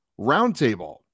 Roundtable